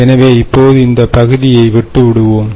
எனவே இப்போது இந்தப் பகுதியை விட்டு விடுவோம்